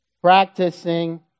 practicing